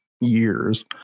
years